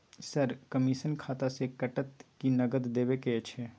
Sir, commission खाता से कटत कि नगद देबै के अएछ?